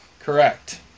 Correct